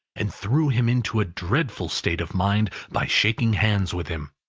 and threw him into a dreadful state of mind by shaking hands with him.